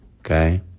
okay